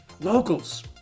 Locals